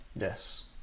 Yes